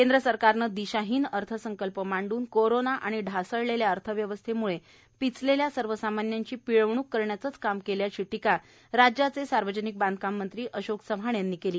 केंद्र सरकारने दिशाहिन अर्थसंकल्प मांडून कोरोना आणि ढासळलेल्या अर्थव्यवस्थेम्ळे पिचलेल्या सर्वसामान्यांची पिळवणूक करण्याचे काम केल्याची टीका राज्याचे सार्वजनिक बांधकाम मंत्री अशोक चव्हाण यांनी केली आहे